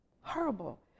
horrible